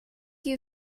you